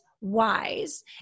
wise